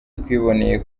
twiboneye